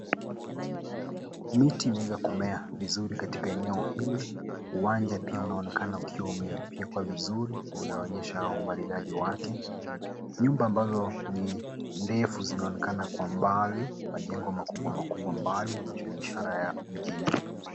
Miti imeweza kumea vizuri katika eneo hili. Uwanja pia inaonekana ukiwa umefyekwa vizuri, unaonyesha umaridadi wake. Nyumba ambazo ni ndefu zinaonekana kwa mbali, majengo makubwa makubwa mbali inaonyesha ni ishara ya mjini.